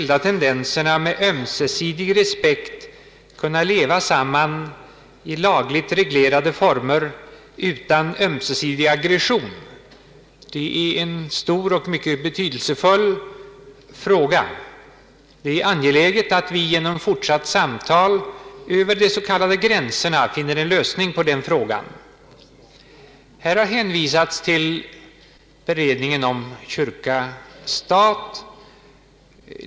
Hur skall folk med ömsesidig respekt kunna leva samman i lagligt reglerade former utan aggressioner trots de skilda tendenser som finns? Det är en stor och betydelsefull fråga. Det är angeläget att vi genom fortsatta samtal över de s.k. gränserna finner en lösning på det. Här har man hänvisat till beredningen om kyrka—stat.